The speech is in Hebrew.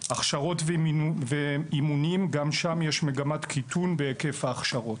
הכשרות ואימונים גם שם יש מגמת קיטון בהיקף ההכשרות.